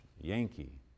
Yankee